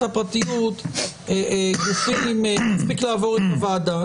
הפרטיות --- מספיק לעבור את הוועדה.